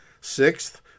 Sixth